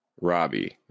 robbie